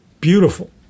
beautiful